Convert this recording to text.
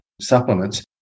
supplements